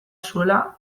zuela